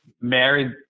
married